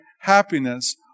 happiness